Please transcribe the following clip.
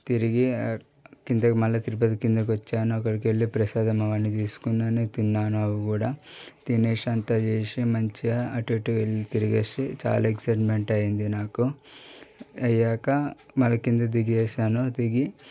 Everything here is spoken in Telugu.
తిరిగి కిందకి మళ్ళ తిరుపతి కిందికి వచ్చాను అక్కడికెళ్ళి ప్రసాదం అవన్నీ తీసుకున్నాను తిన్నాను అవి కూడా తినేసి అంతా చేసి మంచిగా అటు ఇటు వెళ్ళి తిరిగేసి చాలా ఎక్సైట్మెంట్ అయ్యింది నాకు అయ్యాక మళ్ళీ కిందకు దిగేసాను దిగి